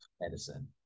medicine